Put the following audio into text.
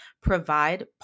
provide